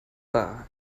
war